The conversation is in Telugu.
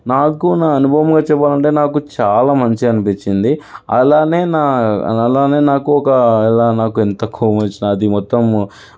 నాకు నా అనుభవంలో చెప్పాలంటే నాకు చాలా మంచిగా అనిపించింది అలానే నా నాలోనే నాకు ఒక ఎలా నాకు ఎంత కోపం వచ్చినా అది మొత్తం